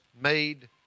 made